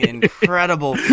incredible